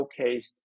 showcased